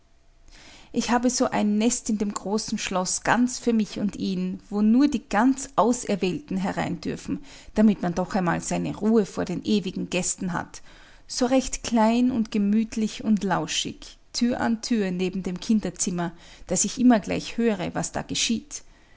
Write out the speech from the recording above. ich habe so ein nest in dem großen schloß ganz für mich und ihn wo nur die ganz auserwählten herein dürfen damit man doch einmal seine ruhe vor den ewigen gästen hat so recht klein und gemütlich und lauschig tür an tür neben dem kinderzimmer daß ich immer gleich höre was da geschieht